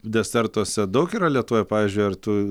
desertuose daug yra lietuvoje pavyzdžiui ar tu